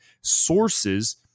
sources